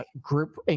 group